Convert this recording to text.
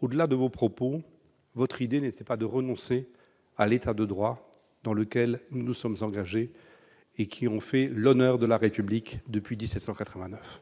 au-delà des propos que vous avez tenus, votre idée n'est pas de renoncer à l'État de droit dans lequel nous sommes engagés, et qui fait l'honneur de la République, depuis 1789